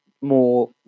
more